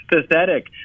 pathetic